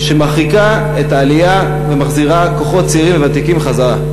שמרחיקה את העלייה ומחזירה כוחות צעירים וותיקים חזרה.